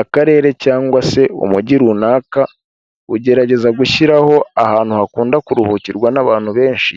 Akarere cyangwa se umujyi runaka, ugerageza gushyiraho ahantu hakunda kuruhukirwa n'abantu benshi,